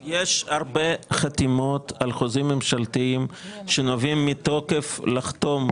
יש הרבה חתימות על חוזים ממשלתיים שנובעים מתוקף לחתום,